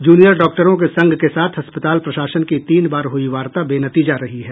junior डॉक्टरों के संघ के साथ अस्पताल प्रशासन की तीन बार हुई वार्ता बेनतीजा रही है